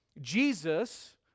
Jesus